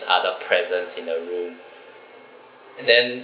other presence in the room and then